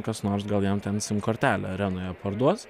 kas nors gal jam ten sim kortelę arenoje parduos